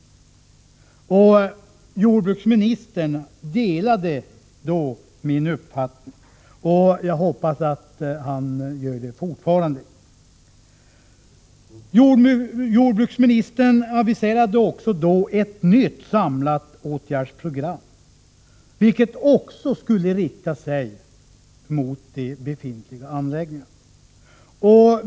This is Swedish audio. Jordbruksministern delade min uppfattning då, jag hoppas att detta gäller fortfarande. Jordbruksministern aviserade också då ett nytt samlat åtgärdsprogram, vilket också skulle rikta sig mot de befintliga anläggningarna.